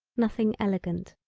nothing elegant.